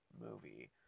movie